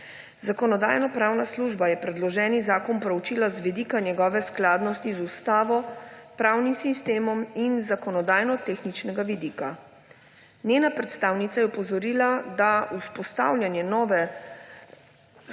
Zakonodajno-pravna služba je predloženi zakon preučila z vidika njegove skladnosti z ustavo, pravnim sistemom in z zakonodajno-tehničnega vidika. Njena predstavnica je opozorila, da vzpostavljanje nove sui